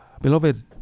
Beloved